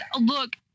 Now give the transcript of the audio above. look